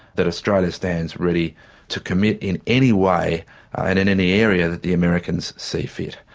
that australia stands ready to commit in any way and in any area that the americans see fit.